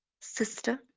sister